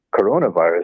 coronavirus